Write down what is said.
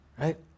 Right